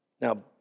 Now